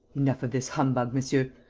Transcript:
enough of this humbug, monsieur!